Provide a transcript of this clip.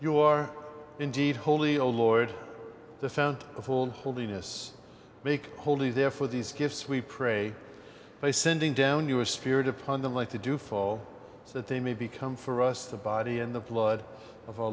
you are indeed holy oh lord the fount of all holiness make holy there for these gifts we pray by sending down your spirit upon the like to do for all that they may become for us the body and the blood of o